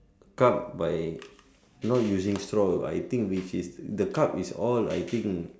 cup by not using straw I think which is the cup is all I think